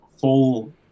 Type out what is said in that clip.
full